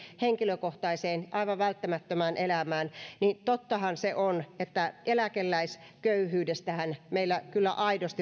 henkilökohtaiseen aivan välttämättömään elämään niin tottahan se on että eläkeläisköyhyydestähän meillä kyllä aidosti